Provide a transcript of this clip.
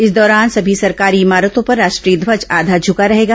इस दौरान सभी सरकारी इमारतों पर राष्ट्रीय ध्वज आधा झका रहेगा